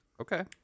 Okay